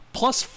plus